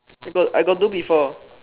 I got I got do before